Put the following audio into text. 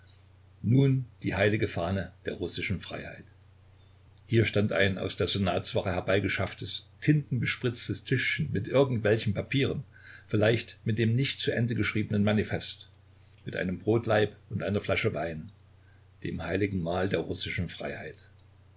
nun die heilige fahne der russischen freiheit hier stand ein aus der senatswache herbeigeschafftes tintenbespritztes tischchen mit irgendwelchen papieren vielleicht mit dem nicht zuendegeschriebenen manifest mit einem brotlaib und einer flasche wein dem heiligen mahl der russischen freiheit